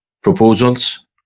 proposals